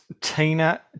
Tina